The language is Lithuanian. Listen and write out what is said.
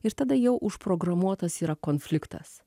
ir tada jau užprogramuotas yra konfliktas